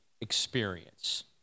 experience